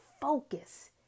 focus